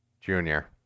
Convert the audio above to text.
Junior